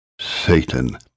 Satan